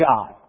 God